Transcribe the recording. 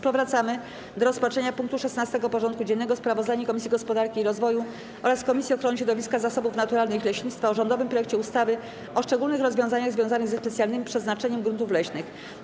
Powracamy do rozpatrzenia punktu 16. porządku dziennego: Sprawozdanie Komisji Gospodarki i Rozwoju oraz Komisji Ochrony Środowiska, Zasobów Naturalnych i Leśnictwa o rządowym projekcie ustawy o szczególnych rozwiązaniach związanych ze specjalnym przeznaczeniem gruntów leśnych.